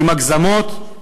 עם הגזמות,